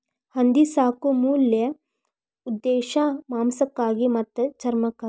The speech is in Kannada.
ಹಂದಿ ಸಾಕು ಮುಖ್ಯ ಉದ್ದೇಶಾ ಮಾಂಸಕ್ಕಾಗಿ ಮತ್ತ ಚರ್ಮಕ್ಕಾಗಿ